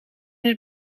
het